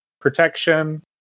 protection